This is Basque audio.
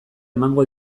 emango